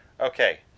Okay